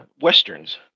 westerns